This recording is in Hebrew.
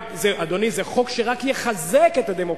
אדוני, זה חוק שרק יחזק את הדמוקרטיה,